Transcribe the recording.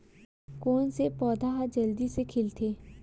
कोन से पौधा ह जल्दी से खिलथे?